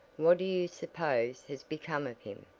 what do you suppose has become of him?